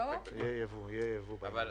אין ספק בכלל.